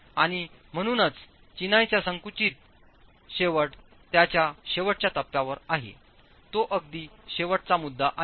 आणि म्हणूनच चिनाईचा संकुचित शेवट त्याच्या शेवटच्या टप्प्यावर आहे तो अगदी शेवटचा मुद्दा आहे